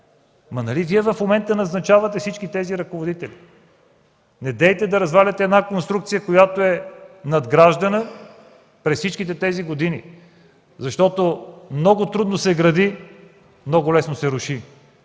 Нали в момента Вие назначавате всички тези ръководители?! Не разваляйте една конструкция, която е надграждана през всичките тези години, защото много трудно се гради, но много лесно се руши.